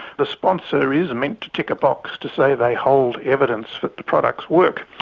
the sponsor is meant to tick a box to say they hold evidence that the products work.